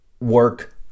work